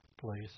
place